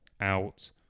out